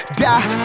die